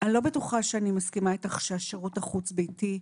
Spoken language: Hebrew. בטוחה שאני מסכימה איתך שהשרות החוץ והביתי,